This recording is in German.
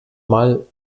mal